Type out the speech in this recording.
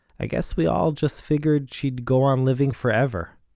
i guess we all just figured she'd go on living forever